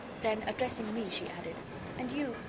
then, addressing me, she added and you,